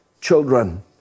children